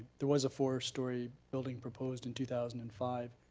there was a four story building proposed in two thousand and five.